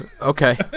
Okay